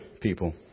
people